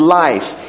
life